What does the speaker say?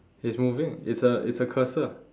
it's moving it's a it's a cursor